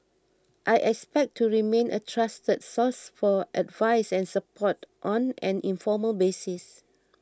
I expect to remain a trusted source for advice and support on an informal basis